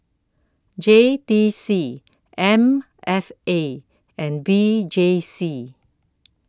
J T C M F A and V J C